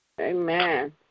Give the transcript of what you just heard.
Amen